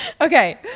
Okay